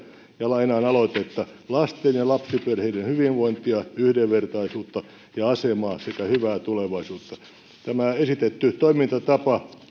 ja lainaan aloitetta lasten ja lapsiperheiden hyvinvointia yhdenvertaisuutta ja asemaa sekä hyvää tulevaisuutta tämä esitetty toimintatapa